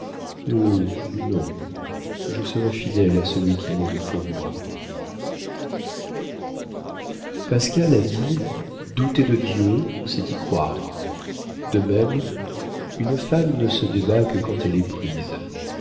oh non je serai fidèle à celui qui mourut pour moi pascal a dit douter de dieu c'est y croire de même une femme ne se débat que quand elle est prise